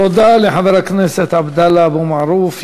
תודה לחבר הכנסת עבדאללה אבו מערוף.